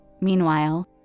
Meanwhile